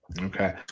Okay